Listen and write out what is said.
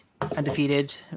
undefeated